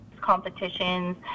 competitions